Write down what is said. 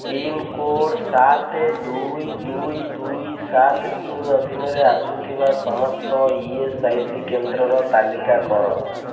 pincode ସାତ ଦୁଇ ଦୁଇ ଦୁଇ ସାତ ତିନି ଅଧୀନରେ ଆସୁଥିବା ସମସ୍ତ ଇ ଏସ୍ ଆଇ ସି କେନ୍ଦ୍ରର ତାଲିକା କର